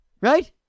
Right